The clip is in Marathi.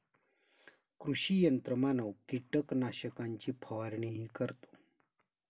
कृषी यंत्रमानव कीटकनाशकांची फवारणीही करतो